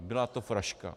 Byla to fraška.